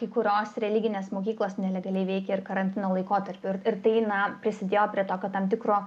kai kurios religinės mokyklos nelegaliai veikė ir karantino laikotarpiu ir tai na prisidėjo prie tokio tam tikro